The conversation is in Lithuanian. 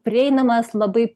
prieinamas labai